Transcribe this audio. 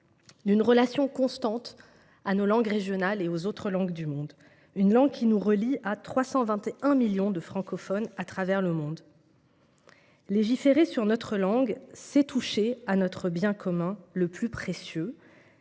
d’une relation constante à nos langues régionales et aux autres langues du monde – une langue qui nous relie à 321 millions de francophones à travers le monde. Légiférer sur notre langue, c’est toucher à notre bien commun le plus précieux.